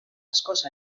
askoz